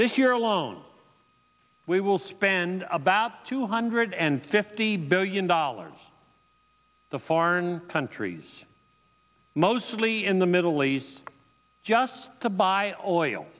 this year alone we will spend about two hundred and fifty billion dollars to foreign countries mostly in the middle east just to buy oil